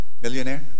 Millionaire